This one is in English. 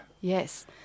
yes